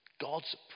God's